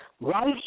right